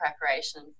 preparation